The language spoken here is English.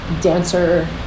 dancer